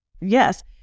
Yes